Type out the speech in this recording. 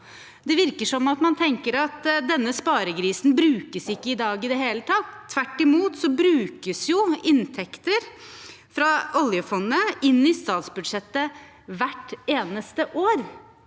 Det virker som man tenker at denne sparegrisen ikke brukes i dag i det hele tatt. Tvert imot: Det brukes jo inntekter fra oljefondet inn i statsbudsjettet hvert eneste år.